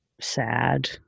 sad